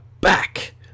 back